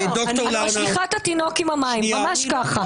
את משליכה את התינוק עם המים, ממש כך.